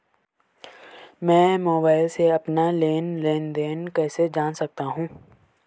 मैं मोबाइल से अपना लेन लेन देन कैसे जान सकता हूँ?